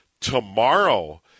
tomorrow